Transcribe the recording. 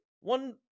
one